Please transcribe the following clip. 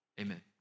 amen